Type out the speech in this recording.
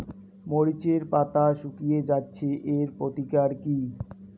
মরিচের পাতা শুকিয়ে যাচ্ছে এর প্রতিকার কি?